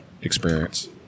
experience